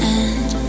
end